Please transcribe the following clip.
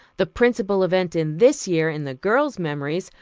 the principal event in this year, in the girls' memories,